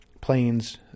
planes